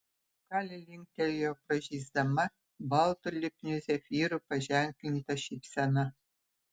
kali linktelėjo pražysdama baltu lipniu zefyru paženklinta šypsena